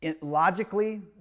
Logically